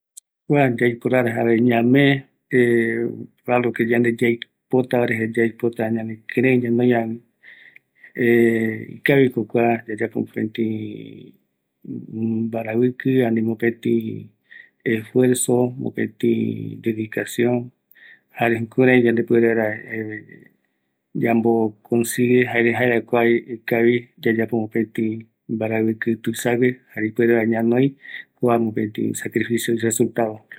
﻿Kua yaiporara jare ñame algo que yande yaipotavare jare yaipota jare ñanekirei ñanoi ramo ikaviko kua yayapo mopeti, mbaraviki ani, mopeti esfuerzo, mopeti dedicacion, jare jukurai ipuere vaera yambo konsigue jare jaera kua ikavi, yayapo mopeti mbaraviki tuisague jare ipuere vaera ñanoi kua mopeti sacrificio, resultado